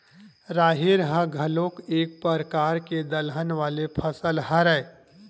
राहेर ह घलोक एक परकार के दलहन वाले फसल हरय